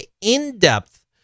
in-depth